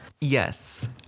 Yes